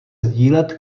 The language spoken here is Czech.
sdílet